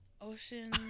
Ocean